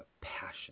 passion